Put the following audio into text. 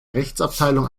rechtsabteilung